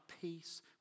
peace